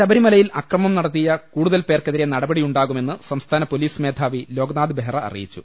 ശബരിമലയിൽ അക്രമം നടത്തിയ കൂടുതൽപേർക്കെതിരെ നട പടിയുണ്ടാകുമെന്ന് സംസ്ഥാന പൊലീസ് മേധാവി ലോക്നാഥ് ബെഹ്റ അറിയിച്ചു